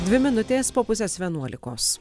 dvi minutės po pusės vienuolikos